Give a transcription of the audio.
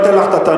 אין לך.